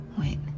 wait